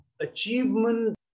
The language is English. Achievement